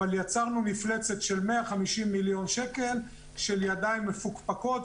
אבל יצרנו מפלצת של 150 מיליון שקלים של ידיים מפוקפקות,